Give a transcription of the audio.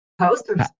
Posters